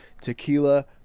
Tequila